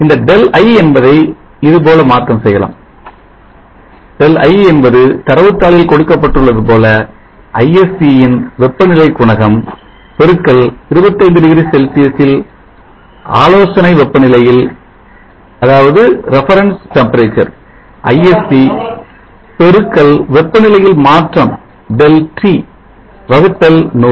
இந்த Δi என்பதை இதுபோல மாற்றம் செய்யலாம் αi என்பது தரவுத்தாளில் கொடுக்கப்பட்டுள்ளது போல ISCன் வெப்பநிலை குணகம் பெருக்கல் 25 டிகிரி செல்சியஸில் ஆலோசனை வெப்பநிலையில் ISC பெருக்கல் வெப்பநிலையில் மாற்றம் ΔT வகுத்தல் 100